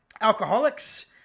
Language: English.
alcoholics